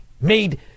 made